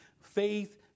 faith